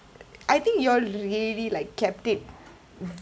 I think you all really like kept it